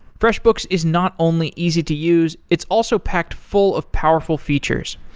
freshbooks is not only easy to use, it's also packed full of powerful features.